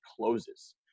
closes